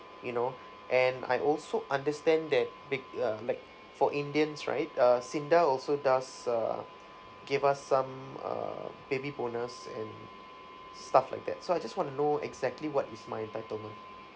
you know and I also understand that big uh like for indians right uh sinda also does err give us some err baby bonus and stuff like that so I just want to know exactly what is my entitlement